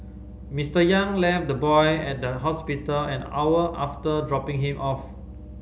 Mister Yang left the boy at the hospital an hour after dropping him off